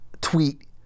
tweet